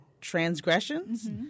transgressions